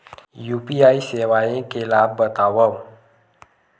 UPI सेवाएं के लाभ बतावव?